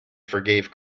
forgave